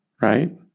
right